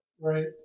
right